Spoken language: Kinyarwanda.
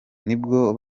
nibwo